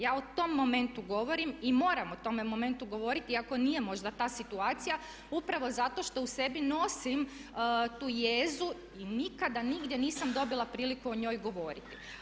Ja o tom momentu govorim i moram o tome momentu govoriti iako nije možda ta situacija upravo zato što u sebi nosim tu jezu i nikada nigdje nisam dobila priliku o njoj govoriti.